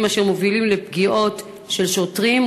אשר מובילים לפגיעות של שוטרים,